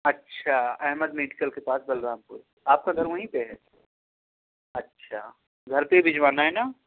اچھا احمد میڈیکل کے پاس بلرام پور آپ کا گھر وہیں پہ ہے اچھا گھر پہ ہی بھجوانا ہے نا